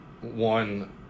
one